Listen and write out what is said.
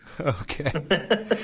Okay